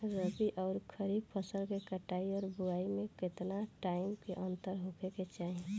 रबी आउर खरीफ फसल के कटाई और बोआई मे केतना टाइम के अंतर होखे के चाही?